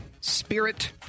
spirit